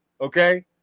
Okay